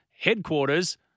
headquarters